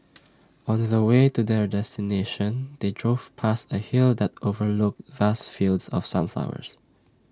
on the the way to their destination they drove past A hill that overlooked vast fields of sunflowers